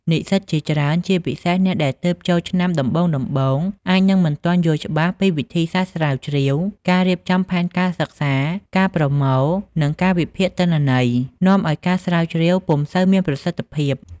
និស្សិតជាច្រើន ជាពិសេសអ្នកដែលទើបចូលឆ្នាំដំបូងៗ អាចនឹងមិនទាន់យល់ច្បាស់ពីវិធីសាស្រ្តស្រាវជ្រាវ ការរៀបចំផែនការសិក្សា ការប្រមូល និងការវិភាគទិន្នន័យ នាំឲ្យការស្រាវជ្រាវពំុសូវមានប្រសិទ្ធភាព។